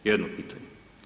Jedno pitanje.